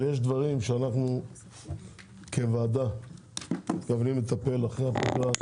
אבל יש דברים שאנחנו כוועדה מתכוונים לטפל אחרי הפגרה.